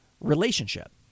relationship